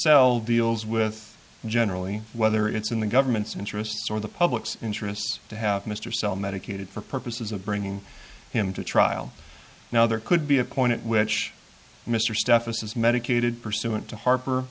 cell deals with generally whether it's in the government's interests or the public's interest to have mr cell medicated for purposes of bringing him to trial now there could be a point at which mr stephens is medicated pursuant to harper